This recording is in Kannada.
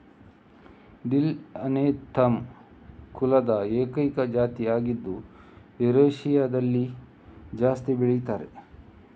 ಡಿಲ್ ಅನೆಥಮ್ ಕುಲದ ಏಕೈಕ ಜಾತಿ ಆಗಿದ್ದು ಯುರೇಷಿಯಾದಲ್ಲಿ ಜಾಸ್ತಿ ಬೆಳೀತಾರೆ